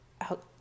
out